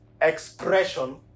expression